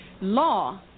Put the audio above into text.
Law